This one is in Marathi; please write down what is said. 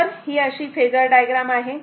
तर ही अशी फेजर डायग्राम आहे